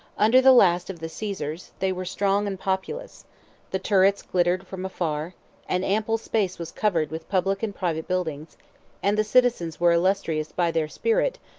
under the last of the caesars, they were strong and populous the turrets glittered from afar an ample space was covered with public and private buildings and the citizens were illustrious by their spirit,